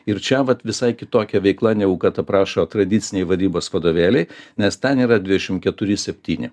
ir čia vat visai kitokia veikla negu kad aprašo tradiciniai vadybos vadovėliai nes ten yra dvidešimt keturi septyni